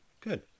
good